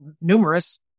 numerous